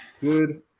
Good